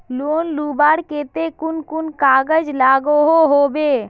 Loan लुबार केते कुन कुन कागज लागोहो होबे?